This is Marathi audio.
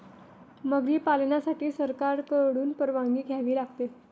मगरी पालनासाठी सरकारकडून परवानगी घ्यावी लागते